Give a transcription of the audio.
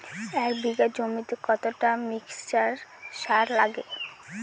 এক বিঘা জমিতে কতটা মিক্সচার সার লাগে?